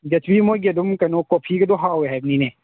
ꯃꯣꯏꯒꯤ ꯑꯗꯨꯝ ꯀꯩꯅꯣ ꯀꯣꯐꯤꯒꯗꯣ ꯌꯥꯎꯏ ꯍꯥꯏꯕꯅꯤꯅꯦ